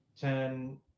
ten